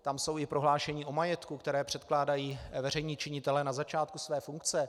Tam jsou i prohlášení o majetku, která předkládají veřejní činitelé na začátku své funkce.